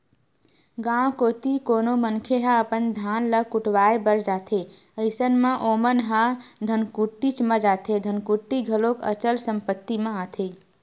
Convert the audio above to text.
गाँव कोती कोनो मनखे ह अपन धान ल कुटावय बर जाथे अइसन म ओमन ह धनकुट्टीच म जाथे धनकुट्टी घलोक अचल संपत्ति म आथे